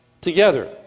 together